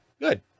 good